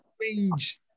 strange